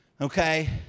Okay